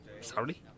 Sorry